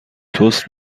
تست